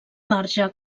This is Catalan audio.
marge